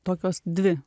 tokios dvi